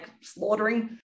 slaughtering